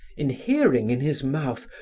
in hearing, in his mouth,